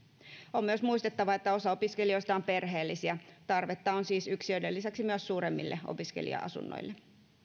on myös muistettava että osa opiskelijoista on perheellisiä tarvetta on siis yksiöiden lisäksi myös suuremmille opiskelija asunnoille